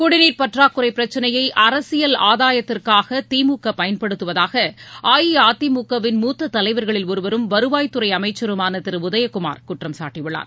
குடிநீா் பற்றாக்குறை பிரச்சினையை அரசியல் ஆதாயத்திற்காக திமுக பயன்படுத்துவதாக அஇஅதிமுக வின் மூத்தத் தலைவர்களில் ஒருவரும் வருவாய் துறை அமைச்சருமான திரு உதயகுமார் குற்றம்சாட்டியுள்ளார்